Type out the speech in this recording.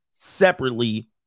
Separately